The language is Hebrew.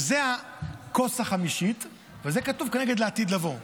זו הכוס החמישית, וזה כתוב כנגד לעתיד לבוא.